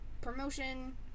promotion